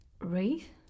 Wraith